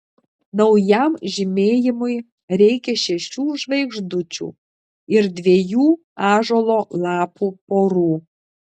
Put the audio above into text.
naujam žymėjimui reikia šešių žvaigždučių ir dviejų ąžuolo lapų porų